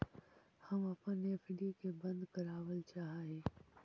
हम अपन एफ.डी के बंद करावल चाह ही